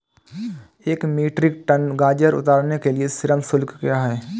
एक metric tonne गाजर उतारने के लिए श्रम शुल्क क्या है?